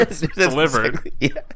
delivered